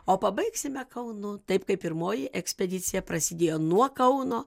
o pabaigsime kaunu taip kaip pirmoji ekspedicija prasidėjo nuo kauno